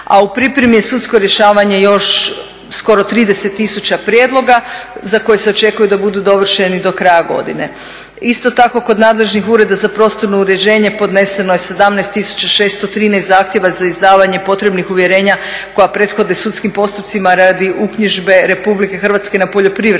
a u pripremi je sudsko rješavanje još skoro 30 tisuća prijedloga za koje se očekuje da budu dovršeni do kraja godine. Isto tako kod nadležnih ureda za prostorno uređenje podneseno je 17 tisuća 613 zahtjeva za izdavanje potrebnih uvjerenja koja prethode sudskim postupcima radi uknjižbe Republike Hrvatske na poljoprivrednom